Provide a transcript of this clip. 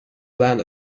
land